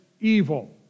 evil